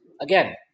again